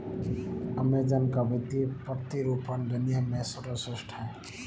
Amazon का वित्तीय प्रतिरूपण दुनिया में सर्वश्रेष्ठ है